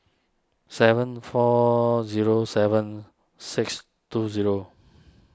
seven four zero seven six two zero